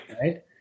Right